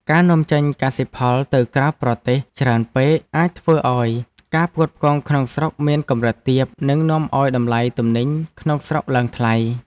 ការនាំចេញកសិផលទៅក្រៅប្រទេសច្រើនពេកអាចធ្វើឱ្យការផ្គត់ផ្គង់ក្នុងស្រុកមានកម្រិតទាប និងនាំឱ្យតម្លៃទំនិញក្នុងស្រុកឡើងថ្លៃ។